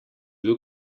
bil